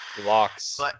Blocks